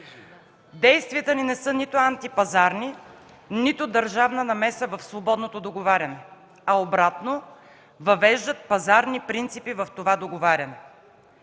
Действията ни не са нито антипазарни, нито държавна намеса в свободното договаряне, а обратно – въвеждат пазарни принципи в това договаряне.